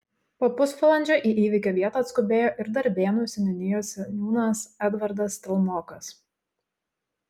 po pusvalandžio į įvykio vietą atskubėjo ir darbėnų seniūnijos seniūnas edvardas stalmokas